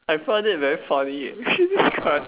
I find it very funny can't